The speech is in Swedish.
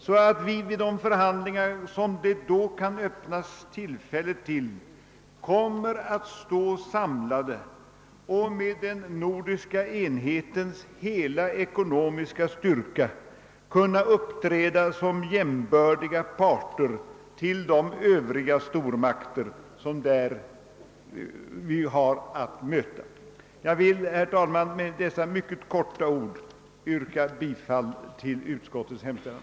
På det sättet skulle vi, i de förhandlingar vartill tillfälle kanske kan erbjudas, komma att stå samlade och med den nordiska enhetens hela ekonomiska styrka kunna uppträda som jämbördiga parter till de andra ekonomiska stormakter som vi där har att möta. Herr talman! Med dessa få ord vill jag yrka bifall till utskottets hemställan.